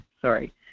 sorry